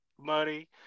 money